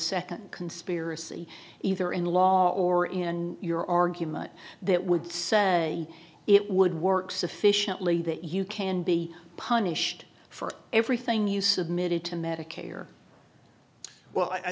second conspiracy either in the law or in your argument that would say it would work sufficiently that you can be punished for everything you submitted to medicare well